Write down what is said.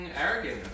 arrogant